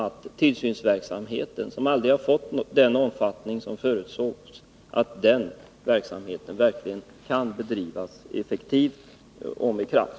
Tillsynsverksamheten, som aldrig har fått den omfattning som avsågs, måste också verkligen kunna bedrivas effektivt och med kraft.